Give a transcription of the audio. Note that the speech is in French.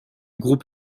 groupe